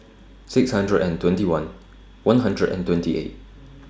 six hundred and twenty one one hundred and twenty eight